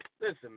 Listen